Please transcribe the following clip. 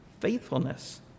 faithfulness